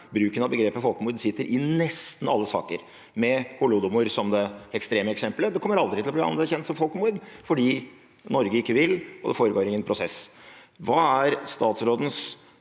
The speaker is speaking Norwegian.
bruken av begrepet «folkemord» sitter i nesten alle saker, med holodomor som det ekstreme eksemplet. Det kommer aldri til å bli anerkjent som folkemord fordi Norge ikke vil, og det foregår ingen prosess. Hva er